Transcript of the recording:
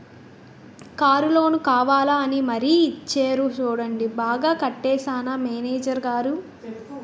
Car loan కావాలా అని మరీ ఇచ్చేరు చూడండి బాగా కట్టేశానా మేనేజరు గారూ?